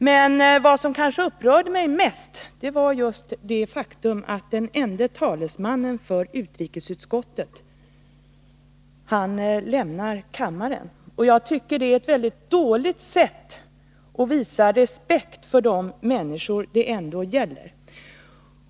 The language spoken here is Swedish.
Men vad som upprörde mig mest var det faktum att den ende talesmannen för utrikesutskottet lämnar kammaren. Jag tycker att det är ett väldigt dåligt sätt att visa respekt för de människor det ändå gäller.